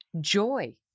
joy